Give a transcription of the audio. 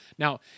Now